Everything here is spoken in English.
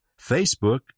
Facebook